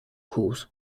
calls